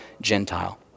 Gentile